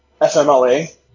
FMLA